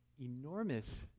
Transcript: enormous